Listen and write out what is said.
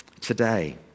today